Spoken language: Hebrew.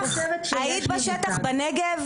היית בשטח בנגב?